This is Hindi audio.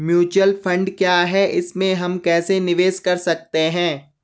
म्यूचुअल फण्ड क्या है इसमें हम कैसे निवेश कर सकते हैं?